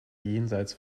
jenseits